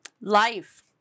Life